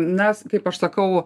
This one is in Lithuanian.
nes kaip aš sakau